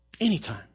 Anytime